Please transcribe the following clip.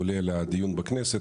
עולה לדיון בכנסת,